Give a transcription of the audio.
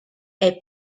est